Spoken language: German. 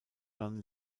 jeanne